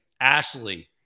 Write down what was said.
Ashley